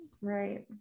right